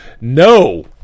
No